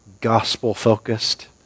gospel-focused